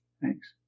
Thanks